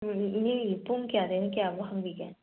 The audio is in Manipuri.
ꯏꯅꯦꯒꯤ ꯄꯨꯡ ꯀꯌꯥꯗꯒꯤꯅ ꯀꯌꯥ ꯐꯥꯎ ꯍꯥꯡꯕꯤꯒꯦ